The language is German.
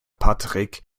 patrick